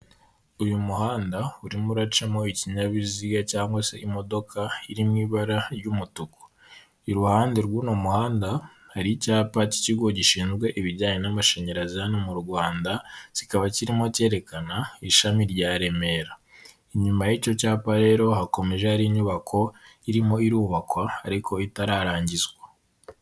Uyu muhanda urimo uracamo ikinyabiziga cg se imodoka iri mu ibara ry'umutuku. Iruhande rw'uno muhanda hari icyapa cy'ikigo gishinzwe ibijyanye n'amashanyarazi hano mu Rwanda, kikaba kirimo kerekana ishami rya Remera. Inyuma y'icyo cyapa rero hakomeje hari inyubako irimo irubakwa ariko itararangizwa.